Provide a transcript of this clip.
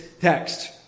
text